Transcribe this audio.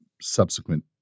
subsequent